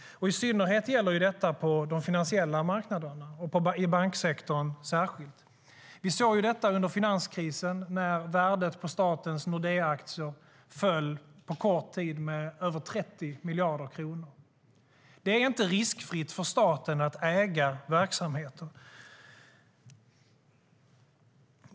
I synnerhet gäller det på de finansiella marknaderna och då särskilt i banksektorn. Vi såg det under finanskrisen när värdet på statens Nordeaaktier på kort tid föll med över 30 miljarder kronor. Det är inte riskfritt för staten att äga verksamheter.